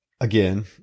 again